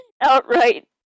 outright